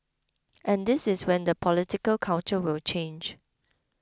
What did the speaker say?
and this is when the political culture will change